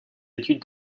études